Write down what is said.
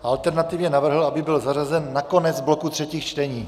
Alternativně navrhl, aby byl zařazen na konec bloku třetích čtení.